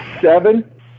seven